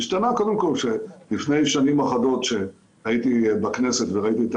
השתנה קודם כל שלפני שנים אחדות כשהייתי בכנסת וראיתי את